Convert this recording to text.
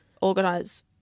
organize